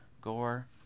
gore